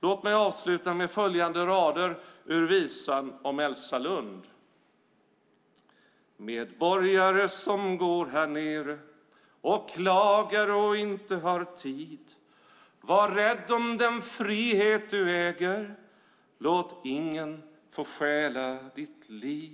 Låt mig avsluta med följande rader ur visan om Elsa Lund. Medborgare som går här nere och klagar och inte har tid, var rädd om den frihet du äger låt ingen få stjäla ditt liv.